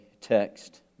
text